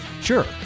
Sure